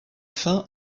fin